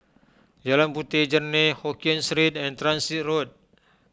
Jalan Puteh Jerneh Hokkien Street and Transit Road